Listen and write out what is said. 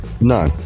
No